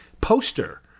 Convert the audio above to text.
poster